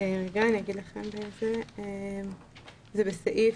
איזה סעיף?